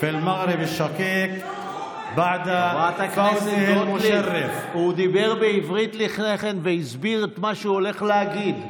( בברכות לבביות חמות לנבחרת מרוקו האחות לאחר הניצחון המביא גאווה,